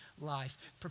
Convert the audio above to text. life